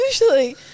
usually